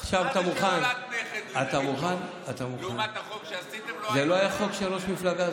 זה לא היה חוק של ראש מפלגה,